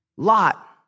Lot